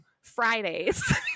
Fridays